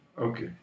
Okay